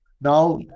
Now